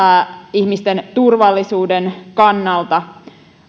ihmisten turvallisuuden kannalta